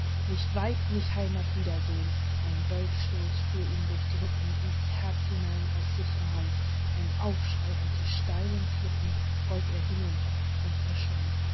nicht weib nicht heimat wiedersehn ein dolchstoß fuhr ihm durch die rippen ins herz hinein aus sichrer hand ein aufschrei und die steilen klippen rollt er hinunter und verschwand